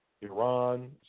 Iran